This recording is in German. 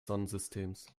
sonnensystems